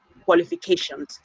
Qualifications